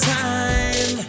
time